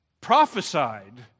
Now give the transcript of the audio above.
prophesied